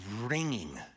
ringing